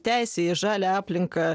teisę į žalią aplinką